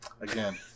Again